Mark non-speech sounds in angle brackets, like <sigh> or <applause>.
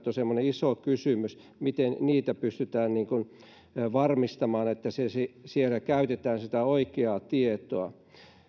<unintelligible> on semmoinen iso kysymys miten pystytään varmistamaan että siellä käytetään oikeaa tietoa